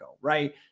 right